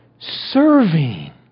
Serving